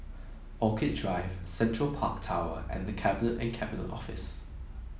Orchid Drive Central Park Tower and The Cabinet and Cabinet Office